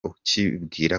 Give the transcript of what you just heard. ukibwira